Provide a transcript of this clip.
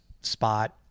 spot